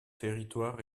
territoire